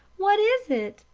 what is it?